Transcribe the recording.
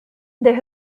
there